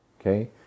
Okay